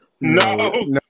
No